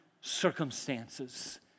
circumstances